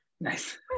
Nice